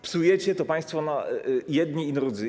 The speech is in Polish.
Psujecie to państwo i jedni, i drudzy.